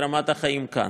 רמת החיים כאן.